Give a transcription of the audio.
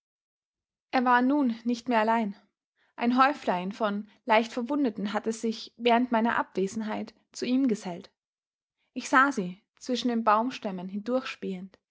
er war nun nicht mehr allein ein häuflein von leichtverwundeten hatte sich während meiner abwesenheit zu ihm gesellt ich sah sie zwischen den baumstämmen